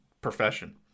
profession